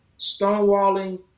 stonewalling